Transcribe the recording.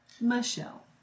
Michelle